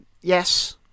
Yes